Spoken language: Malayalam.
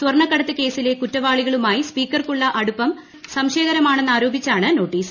സ്വർണ്ണക്കടത്ത് കേസിലെ കുറ്റവാളികളുമായി സ്പീക്കർക്കുള്ള അടുപ്പം സംശയകരമാണെന്നാരോപിച്ചാണ് നോട്ടീസ്